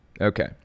Okay